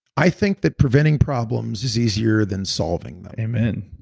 i think that preventing problems is easier than solving them amen